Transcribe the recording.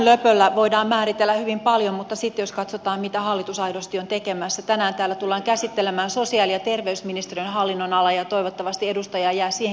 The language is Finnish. höpönlöpöllä voidaan määritellä hyvin paljon mutta sitten jos katsotaan mitä hallitus aidosti on tekemässä tänään täällä tullaan käsittelemään sosiaali ja terveysministeriön hallinnonalaa ja toivottavasti edustaja jää siihen keskusteluun mukaan